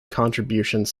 contributions